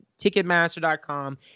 Ticketmaster.com